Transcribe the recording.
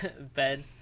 Ben